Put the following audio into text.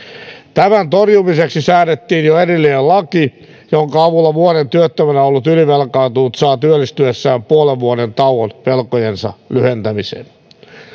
tämän torjumiseksi säädettiin jo erillinen laki jonka avulla vuoden työttömänä ollut ylivelkaantunut saa työllistyessään puolen vuoden tauon velkojensa lyhentämiseen